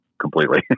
completely